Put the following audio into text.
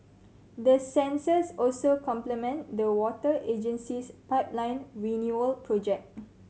the sensors also complement the water agency's pipeline renewal project